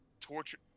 Torture